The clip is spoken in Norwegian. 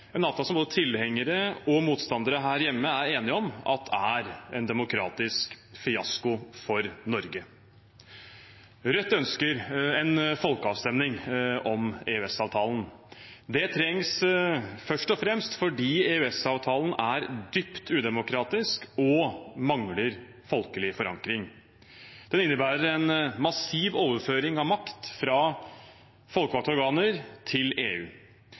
en avtale som både tilhengere og motstandere her hjemme er enige om at er en demokratisk fiasko for Norge. Rødt ønsker en folkeavstemning om EØS-avtalen. Det trengs først og fremst fordi EØS-avtalen er dypt udemokratisk og mangler folkelig forankring. Den innebærer en massiv overføring av makt fra folkevalgte organer til EU.